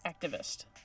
activist